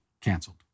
canceled